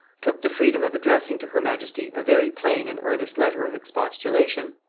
took the freedom of addressing to her majesty a very plain and earnest letter of expostulation.